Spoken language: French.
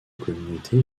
communautés